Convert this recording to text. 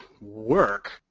work